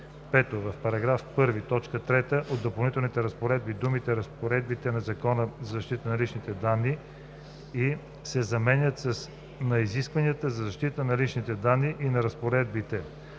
5. В § 1, т. 3 от допълнителните разпоредби думите „разпоредбите на Закона за защита на личните данни и“ се заменят с „на изискванията за защита на личните данни и на разпоредбите“,